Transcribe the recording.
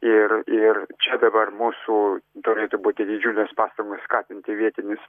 ir ir čia dabar mūsų turėtų būti didžiulės pastangos skatinti vietinius